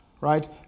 right